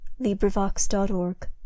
LibriVox.org